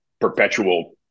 perpetual